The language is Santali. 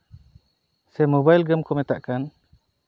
ᱥᱮ ᱢᱳᱵᱟᱭᱤᱞ ᱜᱮᱢ ᱠᱚ ᱢᱮᱛᱟᱜ ᱠᱟᱱ